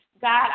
god